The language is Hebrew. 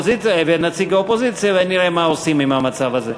ונציג האופוזיציה ונראה מה עושים עם המצב הזה.